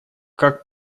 как